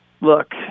look